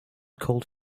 cold